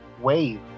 Wave